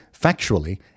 factually